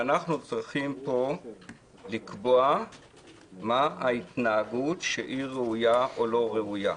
ואנחנו צריכים פה לקבוע מה ההתנהגות שראויה או לא ראויה.